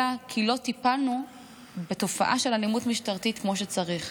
אלא כי לא טיפלנו בתופעה של אלימות משטרתית כמו שצריך,